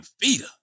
feeder